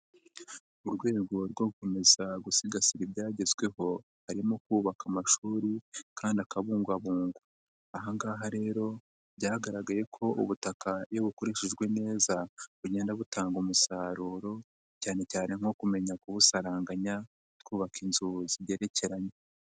Mu rwego rwo gukomeza gusigasira ibyagezweho, harimo kubaka amashuri kandi akabungabugwa. Aha ngaha rero byagaragaye ko ubutaka iyo bukoreshejwe neza, bugenda butanga umusaruro, cyane cyane nko kumenya kuwusaranganya, twubaka inzu zigerekeranye.